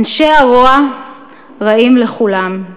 אנשי הרוע רעים לכולם.